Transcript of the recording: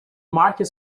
market